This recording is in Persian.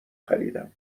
خریدم